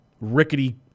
rickety